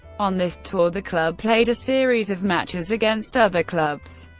on this tour the club played a series of matches against other clubs.